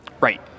Right